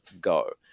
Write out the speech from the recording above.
Go